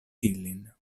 ilin